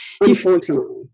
Unfortunately